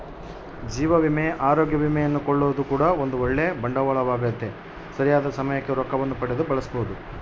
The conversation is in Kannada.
ಜೀವ ವಿಮೆ, ಅರೋಗ್ಯ ವಿಮೆಯನ್ನು ಕೊಳ್ಳೊದು ಕೂಡ ಒಂದು ಓಳ್ಳೆ ಬಂಡವಾಳವಾಗೆತೆ, ಸರಿಯಾದ ಸಮಯಕ್ಕೆ ರೊಕ್ಕವನ್ನು ಪಡೆದು ಬಳಸಬೊದು